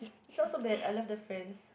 is not so bad I love the friends